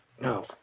No